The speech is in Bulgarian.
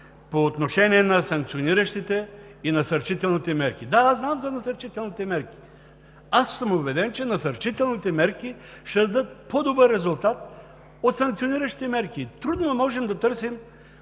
по отношение на санкциониращите и насърчителните мерки. Да, знам за насърчителните мерки. Убеден съм, че насърчителните мерки ще дадат по-добър резултат от санкциониращите мерки. Трудно можем да търсим